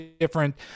different